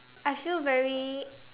I feel very